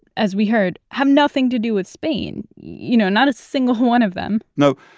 as we heard, have nothing to do with spain, you know not a single one of them no.